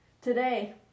Today